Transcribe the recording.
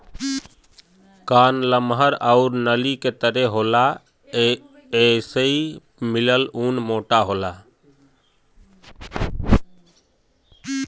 कान लमहर आउर नली के तरे होला एसे मिलल ऊन मोटा होला